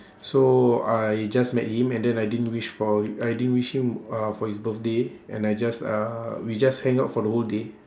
so I just met him and then I didn't wish for I didn't wish him uh for his birthday and I just uh we just hang out for the whole day